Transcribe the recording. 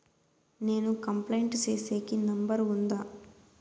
నేను కంప్లైంట్ సేసేకి నెంబర్ ఉందా?